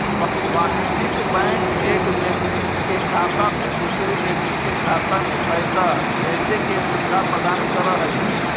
वाणिज्यिक बैंक एक व्यक्ति के खाता से दूसर व्यक्ति के खाता में पैइसा भेजजे के सुविधा प्रदान करऽ हइ